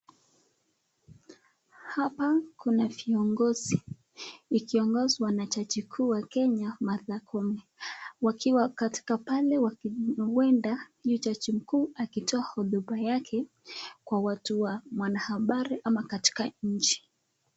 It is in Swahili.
Hapa kuna viongozi. Ni kiongozi wa majaji kuu ya Kenya, Martha Koome, wakiwa katika pale ueda huyu jaji mkuu akitoa hotuba yake kwa watu wa mwanahabari ama katika nchi.